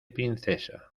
princesa